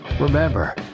Remember